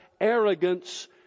arrogance